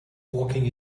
walking